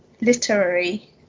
literary